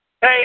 Hey